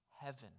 Heaven